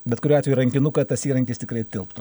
bet kuriuo atveju į rankinuką tas įrankis tikrai tilptų